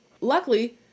Luckily